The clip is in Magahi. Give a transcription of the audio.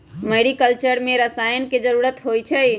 मेरिकलचर में रसायन के जरूरत होई छई